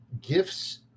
Gifts